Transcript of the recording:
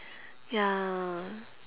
ya